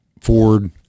Ford